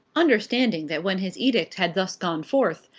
understanding that when his edict had thus gone forth,